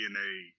DNA